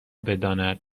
بداند